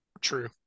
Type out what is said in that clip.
true